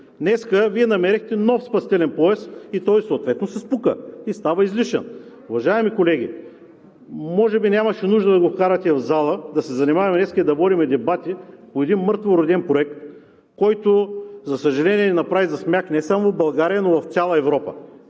Днес Вие намерихте нов спасителен пояс, той съответно се спука и става излишен. Уважаеми колеги, може би нямаше нужда да го вкарвате в залата, да се занимаваме днес и да водим дебати по един мъртвороден проект, който, за съжаление, ни направи за смях не само в България, но и в цяла Европа.